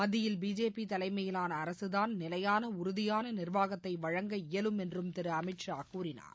மத்தியில் பிஜேபி தலைமையிலான அரசுதான் நிலையான உறுதியான நிர்வாகத்தை வழங்க இயலும் என்றும் திரு அமித் ஷா கூறினார்